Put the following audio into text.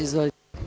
Izvolite.